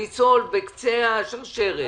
הניצול בקצה השרשרת